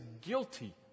guilty